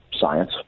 science